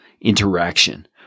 interaction